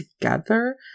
together